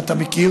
אם אתה מכיר,